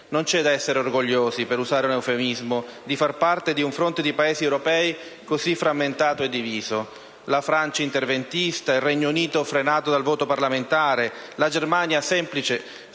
Non c'è da essere orgogliosi, per usare un eufemismo, di far parte di un fronte di Paesi europei così frammentato e diviso: la Francia interventista, il Regno Unito frenato dal voto parlamentare, la Germania semplice